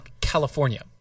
California